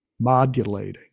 modulating